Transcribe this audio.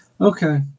Okay